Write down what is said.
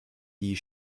die